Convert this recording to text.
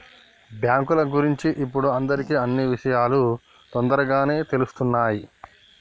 బ్యేంకుల గురించి ఇప్పుడు అందరికీ అన్నీ విషయాలూ తొందరగానే తెలుత్తున్నయ్